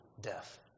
death